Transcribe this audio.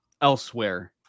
elsewhere